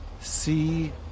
See